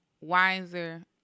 wiser